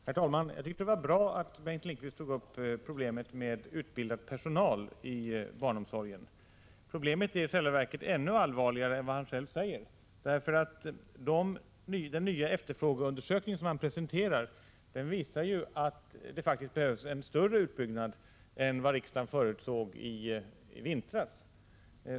Herr talman! Jag tycker att det var bra att Bengt Lindqvist tog upp problemet med utbildad personal inom barnomsorgen. Problemet är i själva verket ännu allvarligare än han själv säger. Den nya efterfrågeundersökning som han presenterar visar att det faktiskt behövs en större utbyggnad än vad riksdagen förutsåg i vintras.